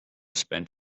spend